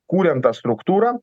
kuriam tą struktūrą